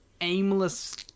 aimless